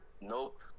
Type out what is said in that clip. Nope